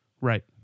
right